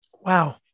Wow